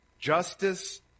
justice